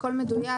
הכול מדויק.